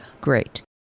Great